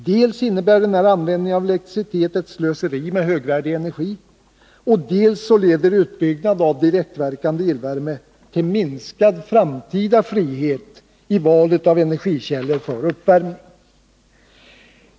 Dels innebär denna användning av elektricitet ett slöseri med högvärdig energi, dels leder utbyggnad av direktverkande elvärme till minskad framtida frihet i valet av energikällor för uppvärmning.